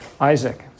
isaac